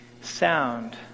sound